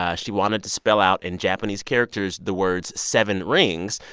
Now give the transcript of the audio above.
ah she wanted to spell out in japanese characters the words seven rings.